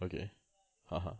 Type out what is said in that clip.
okay (uh huh)